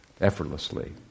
effortlessly